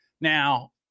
now